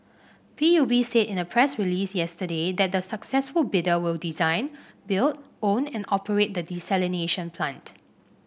P U B said in a press release yesterday that the successful bidder will design build own and operate the desalination plant